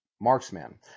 Marksman